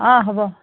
অঁ হ'ব